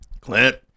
Clint